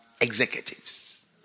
executives